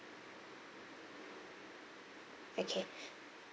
okay